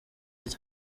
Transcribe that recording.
rye